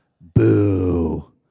Boo